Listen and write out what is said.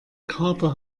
kater